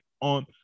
on